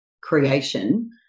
creation